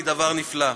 היא דבר נפלא.